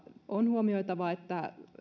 on huomioitava että